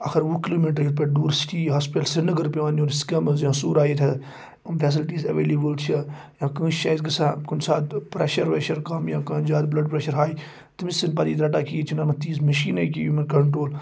اکھر وُہ kilometre یَتھ پٲٹھۍ ڈوٗر سِٹی ہاسپِٹل سرینگر پٮ۪وان یُن سِکِمٕز یا سورہ ییٚتہِ حظ یِم فیسَلٹیٖز ایویلیبٕل چھِ یا کٲنٛسہِ چھِ اَسہِ گژھان کُنہِ ساتہٕ پرٮ۪شَر ویشر کَم یا کانٛہہ زیادٕ بٕلڈ پرٛٮ۪شَر ہاے تٔمِس چھِنہٕ پَتہٕ یہِ رَٹان کِہیٖنۍ ییٚتہِ چھِنہٕ یِمن تیٖژ مِشیٖنٕے کہِ یِمَن کَنٹرٛول